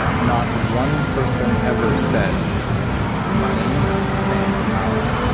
not one person ever said money, fame, or power.